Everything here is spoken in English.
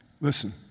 Listen